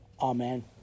Amen